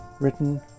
written